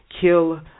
kill